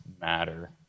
matter